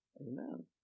Amen